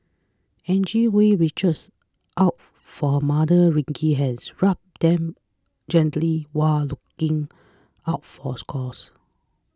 Angie Hui reaches out for her mother's wrinkly hands rubbing them gently while looking out for sores